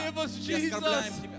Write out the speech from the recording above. Jesus